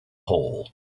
hole